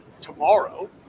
tomorrow